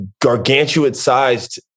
gargantuan-sized